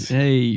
hey